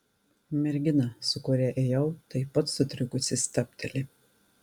mergina su kuria ėjau taip pat sutrikusi stabteli